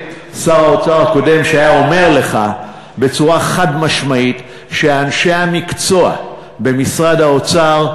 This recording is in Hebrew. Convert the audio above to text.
שהיה אומר לך בצורה חד-משמעית שאנשי המקצוע במשרד האוצר,